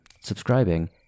subscribing